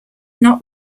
not